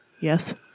yes